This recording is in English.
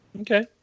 Okay